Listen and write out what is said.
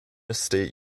state